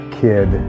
kid